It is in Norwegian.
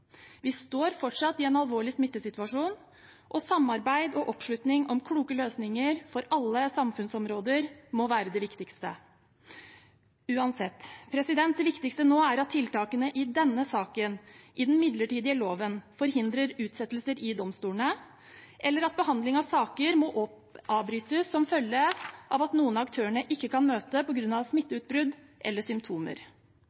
Vi står fortsatt i en alvorlig smittesituasjon, og samarbeid og oppslutning om kloke løsninger for alle samfunnsområder må være det viktigste – uansett. Det viktigste nå er at tiltakene i denne saken, i den midlertidige loven, forhindrer utsettelser i domstolene eller at behandling av saker må avbrytes som følge av at noen av aktørene ikke kan møte